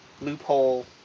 loophole